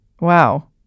Wow